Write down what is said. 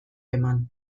eman